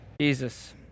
Jesus